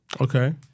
Okay